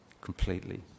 completely